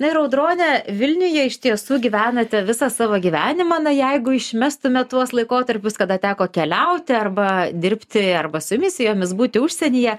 na ir audrone vilniuje iš tiesų gyvenate visą savo gyvenimą na jeigu išmestume tuos laikotarpius kada teko keliauti arba dirbti arba su misijomis būti užsienyje